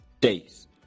days